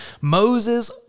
Moses